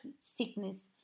sickness